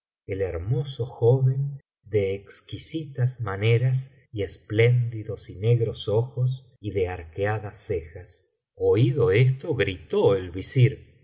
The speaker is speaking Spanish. el hermoso joven de exquisitas maneras y espléndidos y negros ojos y de arqueadas cejas oído esto gritó el visir